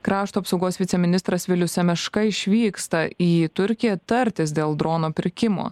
krašto apsaugos viceministras vilius semeška išvyksta į turkiją tartis dėl drono pirkimo